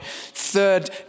Third